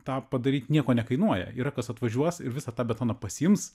tą padaryt nieko nekainuoja yra kas atvažiuos ir visą tą betoną pasiims